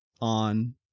on